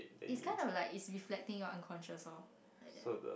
it's kind of like you reflecting your unconscious lor like that